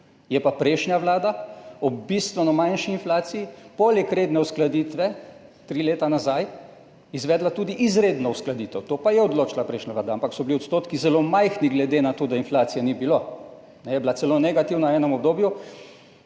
Je pa prejšnja vlada ob bistveno manjši inflaciji poleg redne uskladitve tri leta nazaj izvedla tudi izredno uskladitev, to pa je odločila prejšnja vlada, ampak so bili odstotki zelo majhni glede na to, da inflacije ni bilo, je bila celo negativna v enem obdobju